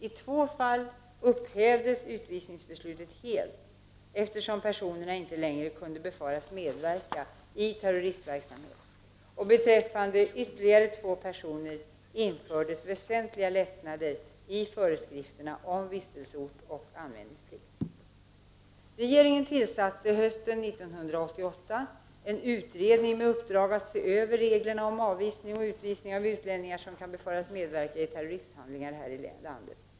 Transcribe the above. I två fall upphävdes utvisningsbeslutet helt, eftersom personerna inte längre kunde befaras medverka i terroristverksamhet. Beträffande ytterligare två personer infördes väsentliga lättnader i föreskrifterna om vistelseort och anmälningsplikt. Regeringen tillsatte hösten 1988 en utredning med uppdrag att se över reg lerna om avvisning och utvisning av utlänningar som kan befaras medverka i terroristhandlingar här i landet.